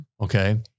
Okay